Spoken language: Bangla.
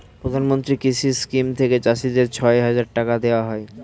প্রধানমন্ত্রী কৃষি স্কিম থেকে চাষীদের ছয় হাজার টাকা দেওয়া হয়